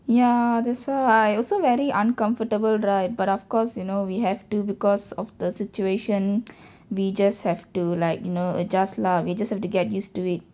ya that's why I also very uncomfortable right but of course you know we have to because of the situation we just have to like you know adjust lah we just have to get used to it